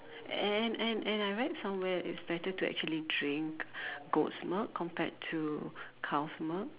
and and and I read somewhere it's better to actually drink goat's milk compared to cow's milk